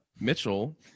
Mitchell